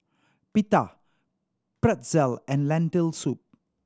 Pita Pretzel and Lentil Soup